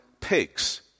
pigs